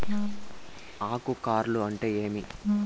ఆకు కార్ల్ అంటే ఏమి?